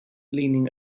leaning